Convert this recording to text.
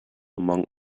among